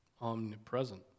omnipresent